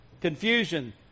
confusion